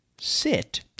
sit